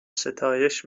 ستایش